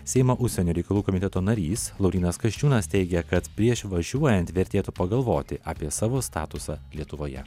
seimo užsienio reikalų komiteto narys laurynas kasčiūnas teigia kad prieš važiuojant vertėtų pagalvoti apie savo statusą lietuvoje